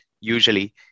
usually